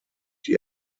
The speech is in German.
die